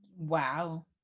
Wow